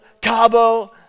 Cabo